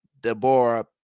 Deborah